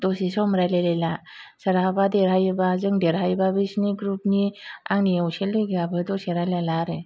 दसे सम रायलायलायला सोरहाबा देरहायोबा जों देरहायोबा बैसिनि ग्रुपनि आंनि आसे लोगोयाबो दसे रायलायला आरो